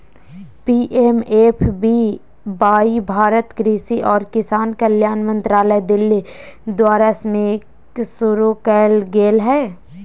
PMFBY Bharat कृषि और किसान कल्याण मंत्रालय दिल्ली द्वारास्कीमशुरू करल गेलय हल